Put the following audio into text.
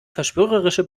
verschwörerische